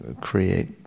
create